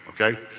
okay